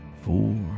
four